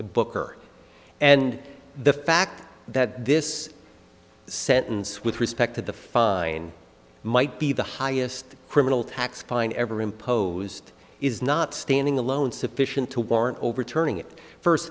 the booker and the fact that this sentence with respect to the fine might be the highest criminal tax fine ever imposed is not standing alone sufficient to warrant overturning it first